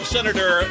Senator